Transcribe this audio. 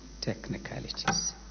technicalities